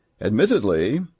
Admittedly